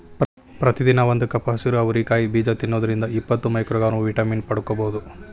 ಪ್ರತಿದಿನ ಒಂದು ಕಪ್ ಹಸಿರು ಅವರಿ ಕಾಯಿ ಬೇಜ ತಿನ್ನೋದ್ರಿಂದ ಇಪ್ಪತ್ತು ಮೈಕ್ರೋಗ್ರಾಂ ವಿಟಮಿನ್ ಪಡ್ಕೋಬೋದು